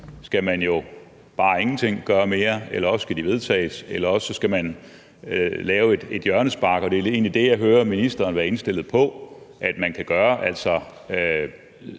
skal man jo bare ingenting gøre, eller også skal de vedtages, eller også skal man lave et hjørnespark. Og det er egentlig det jeg hører ministeren være indstillet på at man kan gøre, altså